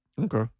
Okay